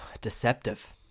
deceptive